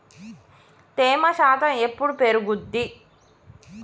తేమ శాతం ఎప్పుడు పెరుగుద్ది?